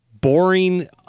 boring